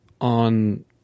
on